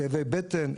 כאבי בטן,